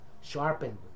sharpened